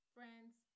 Friends